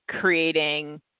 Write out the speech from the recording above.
creating